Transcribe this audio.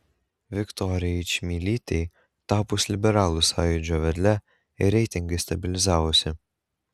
viktorijai čmilytei tapus liberalų sąjūdžio vedle reitingai stabilizavosi